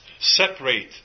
separate